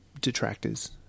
detractors